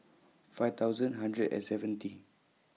five thousand hundred and seventy